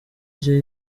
rye